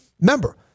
Remember